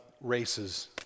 races